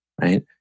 Right